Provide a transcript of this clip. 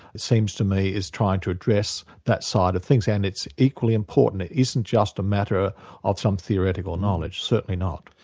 it seems to me is trying to address that side of things, and it's equally important, it isn't just a matter ah of some theoretical knowledge, certainly not.